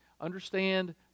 understand